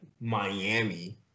Miami